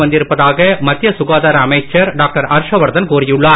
வந்திருப்பதாக மத்திய சுகாதார அமைச்சர் டாக்டர் ஹர்ஷவர்தன் கூறியுள்ளார்